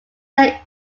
they